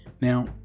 Now